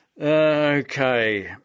Okay